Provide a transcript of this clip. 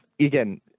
again